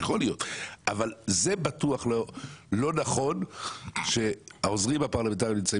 אבל זה בטוח לא נכון שהעוזרים הפרלמנטריים נמצאים